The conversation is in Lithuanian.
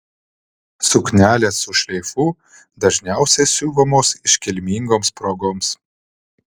suknelės su šleifu dažniausiai siuvamos iškilmingoms progoms